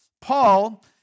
Paul